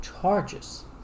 charges